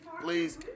please